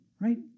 right